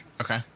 Okay